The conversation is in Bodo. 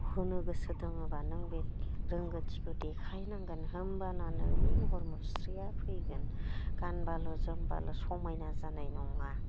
होनो गोसो दोङोब्ला नों बे रोंगोथिखौ देखाइनांगोन होमब्लाना नोंनि महर मुस्रिया फैगोन गानब्लाल' जोमब्लाल' समायना जानाय नङा